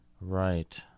Right